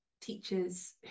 teachers